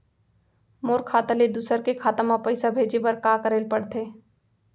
मोर खाता ले दूसर के खाता म पइसा भेजे बर का करेल पढ़थे?